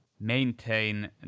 maintain